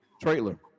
trailer